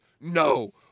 no